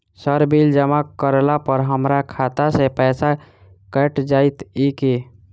Sir bill जमा करला पर हमरा खाता सऽ पैसा कैट जाइत ई की?